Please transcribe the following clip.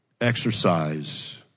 exercise